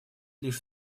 лишь